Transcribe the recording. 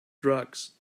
drugs